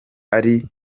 ari